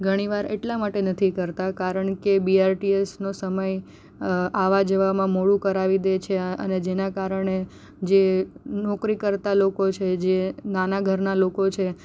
ઘણી વાર એટલા માટે નથી કરતા કારણ કે બીઆરટીએસનો સમય આવવા જવામાં મોડું કરાવી દે છે અને જેના કારણે જે નોકરી કરતાં લોકો છે જે નાના ઘરનાં લોકો છે